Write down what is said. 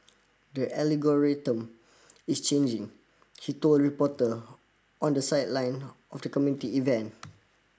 the is changing he told reporter on the sideline of the community event